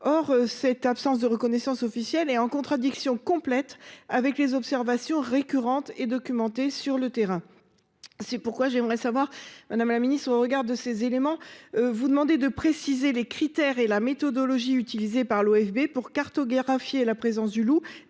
Or cette absence de reconnaissance officielle est en contradiction complète avec les observations récurrentes et documentées sur le terrain. C’est pourquoi, madame la ministre, au regard de ces éléments, je vous demande de préciser les critères et la méthodologie utilisés par l’OFB pour cartographier la présence du loup.